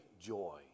joy